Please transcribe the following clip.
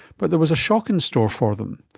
but there was a shock in store for them.